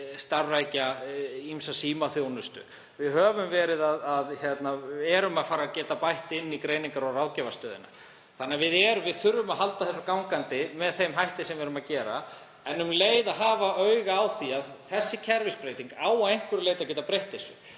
starfrækja ýmsa símaþjónustu. Við erum að fara að bæta inn í Greiningar- og ráðgjafarstöðina. Þannig að við þurfum að halda þessu gangandi með þeim hætti sem við erum að gera en um leið að hafa auga á því að þessi kerfisbreyting á að einhverju leyti geta breytt þessu.